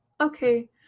Okay